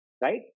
Right